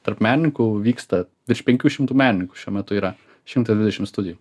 tarp meninkų vyksta virš penkių šimtų meninkų šiuo metu yra šimtas dvidešim studijų